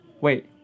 wait